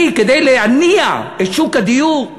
אני, כדי להניע את שוק הדיור,